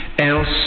else